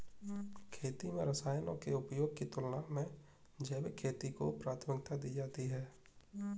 खेती में रसायनों के उपयोग की तुलना में जैविक खेती को प्राथमिकता दी जाती है